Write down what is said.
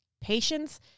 patience